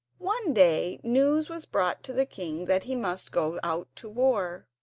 one day news was brought to the king that he must go out to war.